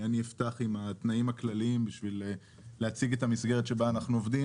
אני אפתח עם התנאים הכלליים בשביל להציג את המסגרת שבה אנחנו עובדים.